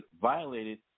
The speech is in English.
violated